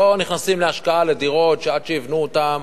לא נכנסים להשקעה בדירות שעד שיבנו אותן,